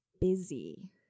busy